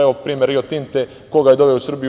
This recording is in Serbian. Evo primer Rio Tinte, ko ga je doveo u Srbiju?